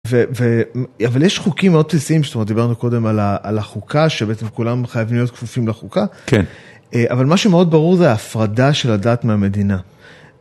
אבל יש חוקים מאוד בסיסיים, זאת אומרת, דיברנו קודם על החוקה, שבעצם כולם חייבים להיות כפופים לחוקה. כן. אבל מה שמאוד ברור זה ההפרדה של הדת מהמדינה.